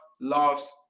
loves